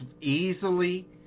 easily